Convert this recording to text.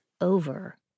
over